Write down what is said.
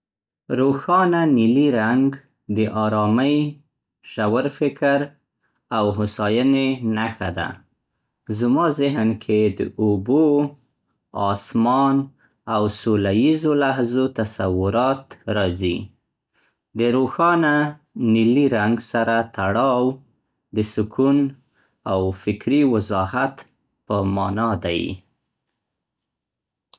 روښانه نیلي رنګ د ارامۍ، ژور فکر او هوساينې نښه ده. زما ذهن کې د اوبو، آسمان او سوله ییزو لحظو تصورات راځي. د روښانه نیلي رنګ سره تړاو د سکون او فکري وضاحت په مانا دی.